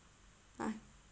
ah